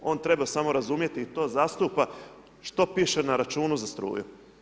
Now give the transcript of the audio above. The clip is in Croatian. On treba samo razumijeti i to zastupa što piše na računu za struju.